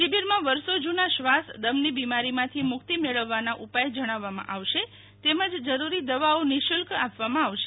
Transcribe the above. શિબિરમાં વરસો જુના શ્વાસદમની બીમારીમાંથી મુક્તિ મેળવવાનાં ઉપાય જણાવવામાં આવશે તેમજ જરૂરી દવાઓ નિસુલ્ક આપવામાં આવશે